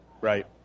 Right